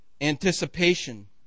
Anticipation